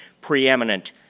preeminent